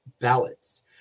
ballots